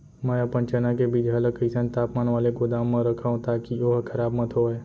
मैं अपन चना के बीजहा ल कइसन तापमान वाले गोदाम म रखव ताकि ओहा खराब मत होवय?